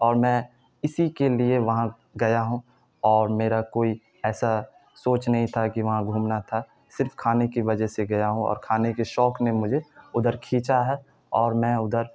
اور میں اسی کے لیے وہاں گیا ہوں اور میرا کوئی ایسا سوچ نہیں تھا کہ وہاں گھومنا تھا صرف کھانے کی وجہ سے گیا ہوں اور کھانے کے شوق نے مجھے ادھر کھینچا ہے اور میں ادھر